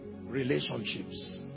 Relationships